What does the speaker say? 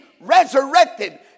resurrected